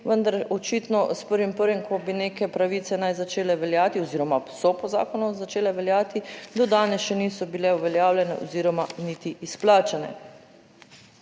vendar očitno s 1. 1., ko bi neke pravice naj začele veljati oziroma so po zakonu začele veljati, do danes še niso bile uveljavljene oziroma niti izplačane.